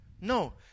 No